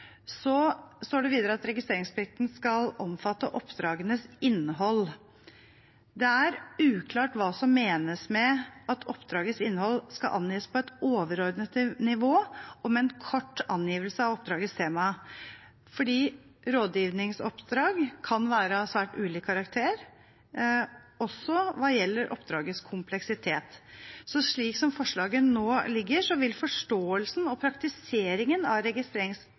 står videre at registreringsplikten skal omfatte «oppdragenes innhold». Det er uklart hva som menes med at oppdragets innhold skal angis på et overordnet nivå og med en kort angivelse av oppdragets tema, for rådgivningsoppdrag kan være av svært ulik karakter også hva gjelder oppdragets kompleksitet. Slik forslaget nå ligger, vil forståelsen og praktiseringen av